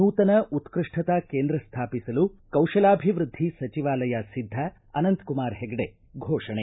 ನೂತನ ಉತ್ಪಷ್ಠತಾ ಕೇಂದ್ರ ಸ್ಥಾಪಿಸಲು ಕೌಶಲಾಭಿವೃದ್ದಿ ಸಚಿವಾಲಯ ಸಿದ್ದ ಅನಂತಕುಮಾರ ಹೆಗಡೆ ಘೋಷಣೆ